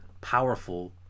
powerful